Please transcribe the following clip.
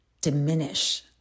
diminish